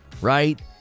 right